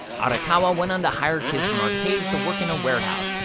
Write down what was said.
arakawa went on to hire kids from arcades to work in a warehouse,